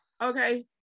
okay